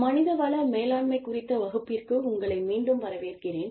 மனித வள மேலாண்மை குறித்த வகுப்பிற்கு உங்களை மீண்டும் வரவேற்கிறேன்